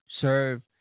serve